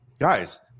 Guys